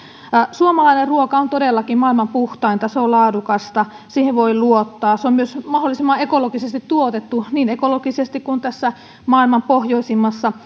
suomalainen ruoka on todellakin maailman puhtainta se on laadukasta siihen voi luottaa ja se on myös mahdollisimman ekologisesti tuotettu niin ekologisesti kuin tässä maailman pohjoisimmassa